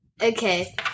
Okay